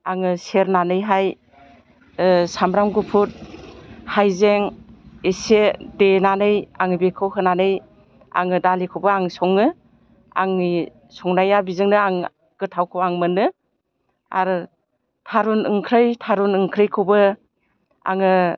आङो सेरनानैहाय सामब्राम गुफुर हाइजें एसे देनानै आं बेखौ होनानै आङो दालिखौबो आं सङो आंनि संनाया बिजोंनो आं गोथावखौ आं मोनो आरो थारुन ओंख्रि थारुन ओंख्रैखौबो आङो